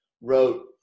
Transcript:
wrote